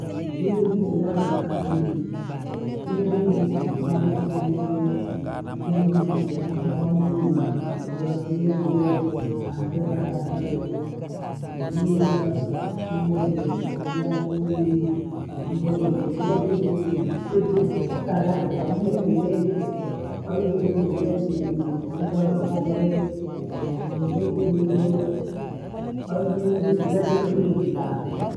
Kiwembe kinaa kathi nyingi. Kiwembe chafungua makombo, kiwembe kantunza murua jaa kiwembee hathenga hada hantwe hamsamiilwa. Kiwembe chashivia kii, kiwembe kilathima nyingi nejisoka laza kwaajili ya kiwembe. Kwahiyo kiwembe kinandima nyingi, wachezea makombee. Kiwembe icho icho kwahiyo kiwembe kina thima nyingi sana.